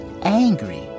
angry